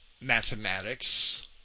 Mathematics